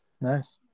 nice